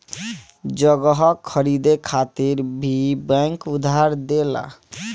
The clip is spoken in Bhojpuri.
जगह खरीदे खातिर भी बैंक उधार देला